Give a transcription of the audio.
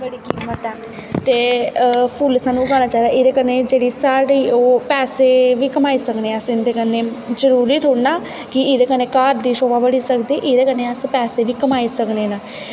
बड़ी कीमत ऐ फुल्ल सानूं उगाना चाहिदा एह्दे कन्नै साढ़ी ओह् पैसे बी कमाई सकने अस उं'दे कन्नै जरूरी थोड़े न कि एह्दे कन्नै घर दी शोभा बधी सकदी एह्दे कन्नै अस पैसे बी कमाई सकने न